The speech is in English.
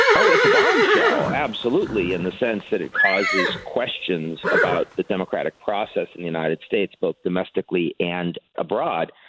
oh, it's a bombshell. absolutely, in the sense that it causes questions about the democratic process in the united states, both domestically and abroad.